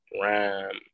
rhyme